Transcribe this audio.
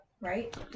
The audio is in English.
Right